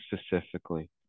specifically